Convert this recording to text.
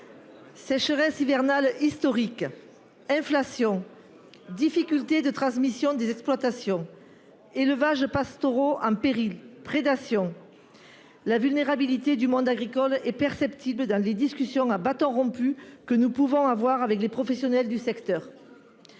Sécheresse hivernale historique, inflation, difficultés de transmission des exploitations, élevages pastoraux en péril, prédation : la vulnérabilité du monde agricole est perceptible dans les discussions à bâtons rompus que nous avons avec les professionnels du secteur.